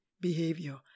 behavior